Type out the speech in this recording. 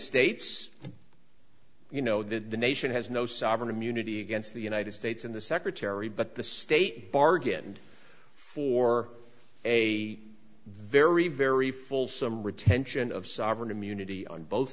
states you know that the nation has no sovereign immunity against the united states and the secretary but the state bargained for a very very fulsome retention of sovereign immunity on both